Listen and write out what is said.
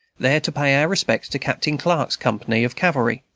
there to pay our respects to captain clark's company of cavalry,